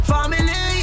Family